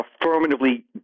affirmatively